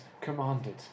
commanded